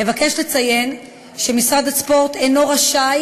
אבקש לציין שמשרד הספורט אינו רשאי